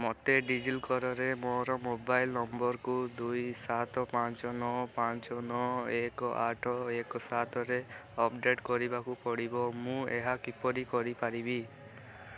ମୋତେ ଡିଜିଲକର୍ରେ ଅଲିମ୍ପିକ୍ସ୍ରେ ଡିଜିଲକର୍ରେ ମୋର ମୋବାଇଲ୍ ନମ୍ବର୍କୁ ଦୁଇ ସାତ ପାଞ୍ଚ ନଅ ପାଞ୍ଚ ନଅ ଏକ ଆଠ ଏକ ସାତରେ ଅପଡ଼େଟ୍ କରିବାକୁ ପଡ଼ିବ ମୁଁ ଏହା କିପରି କରିପାରିବି